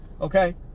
okay